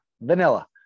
Vanilla